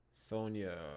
Sonya